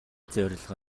зорилго